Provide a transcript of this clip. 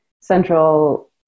central